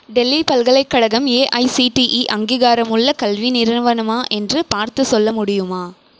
டெல்லி பல்கலைக்கழகம் ஏஐஸிடிஈ அங்கீகாரமுள்ள கல்வி நிறுவனமா என்று பார்த்துச் சொல்ல முடியுமா